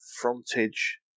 frontage